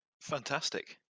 Fantastic